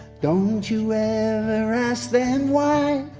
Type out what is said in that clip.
don't you ever ask them why,